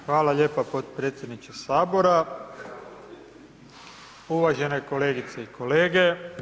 Hvala lijepa podpredsjedniče Sabora, uvažene kolegice i kolege.